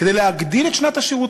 כדי להגדיל את מסגרת שנת השירות,